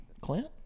Clint